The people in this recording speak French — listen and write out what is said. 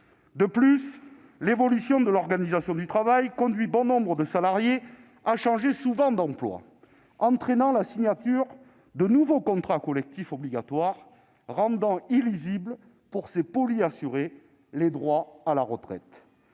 De plus, l'évolution de l'organisation du travail conduit bon nombre de salariés à changer souvent d'emploi, ce qui entraîne la signature de nouveaux contrats collectifs obligatoires et rend illisibles, pour ces « polyassurés », leurs droits à la retraite.